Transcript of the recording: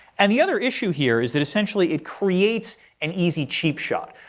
and the other issue here is that essentially it creates an easy cheap shot.